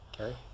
Okay